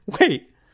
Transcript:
wait